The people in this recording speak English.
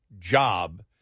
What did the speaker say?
job